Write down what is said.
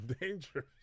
Dangerous